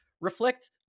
reflect